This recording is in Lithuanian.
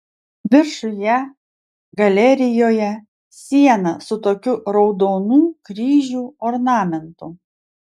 viršuje galerijoje siena su tokiu raudonų kryžių ornamentu